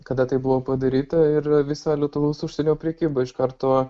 kada tai buvo padaryta ir visa lietuvos užsienio prekyba iš karto